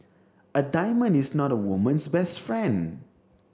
a diamond is not a woman's best friend